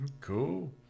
Cool